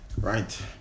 right